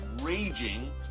raging